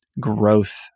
growth